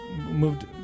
moved